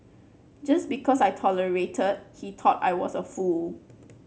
just because I tolerated he thought I was a fool